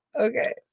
Okay